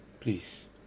please